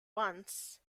once